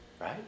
Right